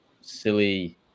silly